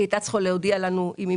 היא הייתה צריכה להודיע לנו אם היא